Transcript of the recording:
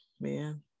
man